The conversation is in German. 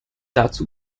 dazu